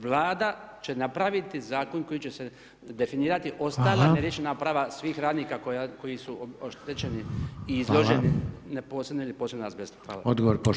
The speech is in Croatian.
Vlada će napraviti zakon kojim će se definirati ostala ne riješena prava svih radnika koji su oštećeni i izloženi neposredno ili posredno azbestu.